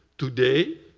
today,